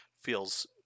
feels